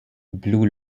blue